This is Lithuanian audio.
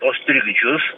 tuos trikdžius